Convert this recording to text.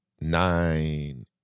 nine